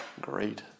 great